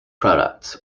products